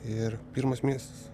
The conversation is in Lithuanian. ir pirmas miestas